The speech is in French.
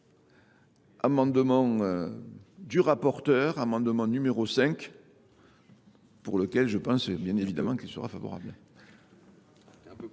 amendement du rapporteur, amendement n°5, pour lequel je pense bien évidemment qu'il sera favorable.